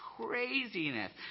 craziness